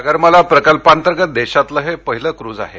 सागरमाला प्रकल्पातर्गत देशातलं हे पहिलं कुझ आहे